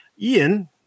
Ian